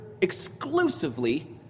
exclusively